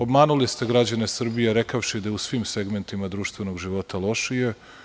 Obmanuli ste građane Srbije rekavši da je u svim segmentima društvenog života lošije.